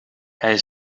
hij